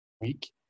week